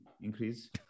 increase